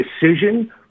decision